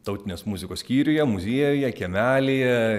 tautinės muzikos skyriuje muziejuje kiemelyje